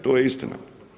To je istina.